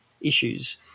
issues